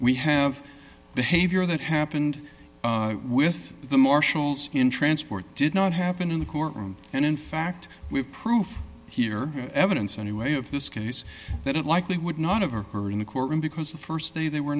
we have behavior that happened with the marshals in transport did not happen in the courtroom and in fact we have proof here evidence anyway of this case that it likely would not have occurred in the courtroom because the st day they were